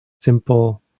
simple